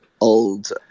old